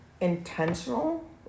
intentional